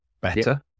better